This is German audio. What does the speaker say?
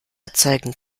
erzeugen